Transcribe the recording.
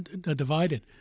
divided